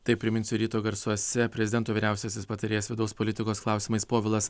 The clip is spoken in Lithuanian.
taip priminsiu ryto garsuose prezidento vyriausiasis patarėjas vidaus politikos klausimais povilas